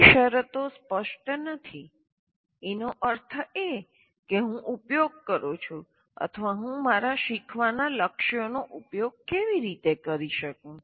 બધી શરતો સ્પષ્ટ નથી તેનો અર્થ એ કે હું ઉપયોગ કરું છું અથવા હું મારા શીખવાના લક્ષ્યોનો ઉપયોગ કેવી રીતે કરી શકું